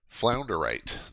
Flounderite